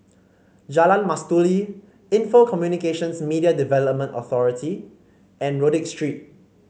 Jalan Mastuli Info Communications Media Development Authority and Rodyk Street